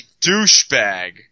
douchebag